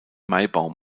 maibaum